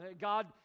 God